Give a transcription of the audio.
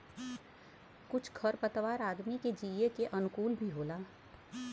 कुछ खर पतवार आदमी के जिये के अनुकूल भी होला